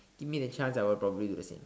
give me the chance and I will probably do the same